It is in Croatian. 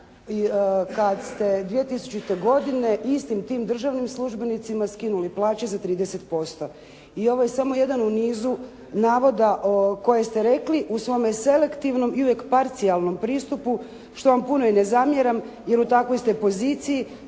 kada ste 2000. godine istim tim državnim službenicima skinuli plaće za 30%. I ovo je samo jedan u nizu navode koje ste rekli u svome selektivnom i uvijek parcijalnom pristupu što vam puno i ne zamjeram, jer u takvoj ste poziciji